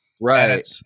Right